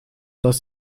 dass